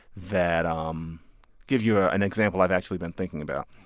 that um give you ah an example i've actually been thinking about.